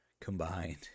combined